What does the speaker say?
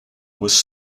was